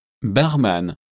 Barman